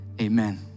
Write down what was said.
amen